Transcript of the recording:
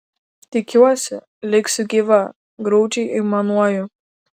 tikiuosi liksiu gyva graudžiai aimanuoju